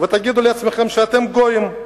ותגידו לעצמכם שאתם גויים.